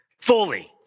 fully